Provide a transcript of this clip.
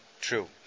true